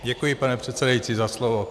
Děkuji, pane předsedající, za slovo.